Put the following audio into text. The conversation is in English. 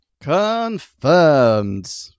Confirmed